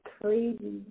crazy